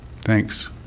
Thanks